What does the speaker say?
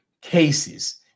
cases